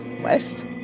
West